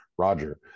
Roger